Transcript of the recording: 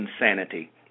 insanity